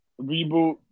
Reboot